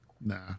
Nah